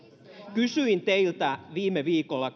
kysyin teiltä kyselytunnilla viime viikolla